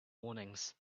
warnings